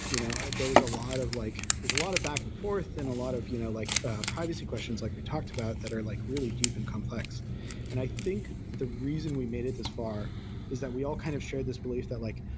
you know ah there was a lot of like there's a lot of back-and-forth and a lot of you know like ah privacy questions like we talked about that are like really deep and complex and i think the reason we made it this far is that we all kind of shared this belief that like,